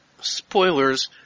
spoilers